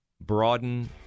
broaden